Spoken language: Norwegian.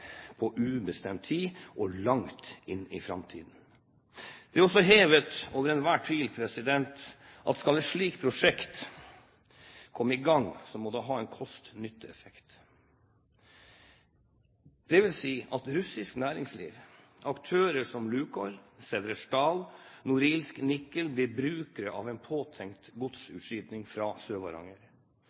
på ubestemt tid, og utsetter det langt inn i framtiden. Det er også hevet over enhver tvil at skal et slikt prosjekt komme i gang, må det ha en kost–nytte-effekt, dvs. at russisk næringsliv, aktører som Lukeoil, Severstaal og Norilsk Nikkel blir brukere av en påtenkt godsutskiping fra